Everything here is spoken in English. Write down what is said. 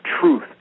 truth